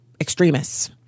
extremists